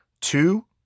two